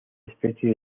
especie